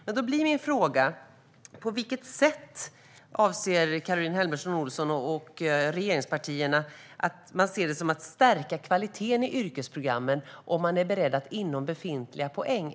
Min fråga blir då: På vilket sätt avser Caroline Helmersson Olsson och regeringspartierna att stärka kvaliteten i yrkesprogrammen, om man är beredd att göra detta inom befintliga poäng?